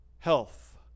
health